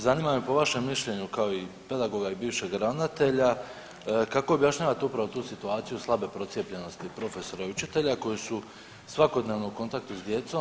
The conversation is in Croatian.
Zanima me po vašem mišljenju kao i pedagoga i bivšeg ravnatelja kako objašnjavate upravo tu situaciju slabe procijepljenosti profesora i učitelja koji su svakodnevno u kontaktu s djecom.